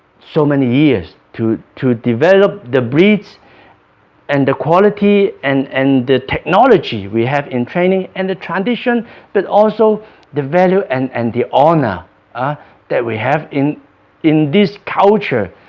so many years to to develop the breeds and the quality and and the technology we have in training and the tradition but also the value and and the honor ah that we have in in this culture,